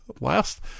last